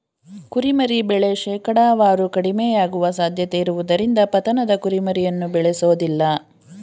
ಕುರಿಮರಿ ಬೆಳೆ ಶೇಕಡಾವಾರು ಕಡಿಮೆಯಾಗುವ ಸಾಧ್ಯತೆಯಿರುವುದರಿಂದ ಪತನದ ಕುರಿಮರಿಯನ್ನು ಬೇಳೆಸೋದಿಲ್ಲ